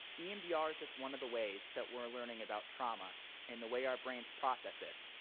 emdr is just one of the ways that we're learning about trauma and the way our brains process it.